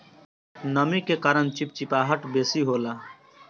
नमी के कारण चिपचिपाहट बेसी होला